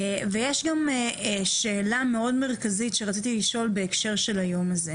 ויש גם שאלה מאוד מרכזית שרציתי לשאול בהקשר של היום הזה: